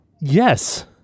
Yes